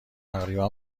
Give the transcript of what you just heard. تقریبا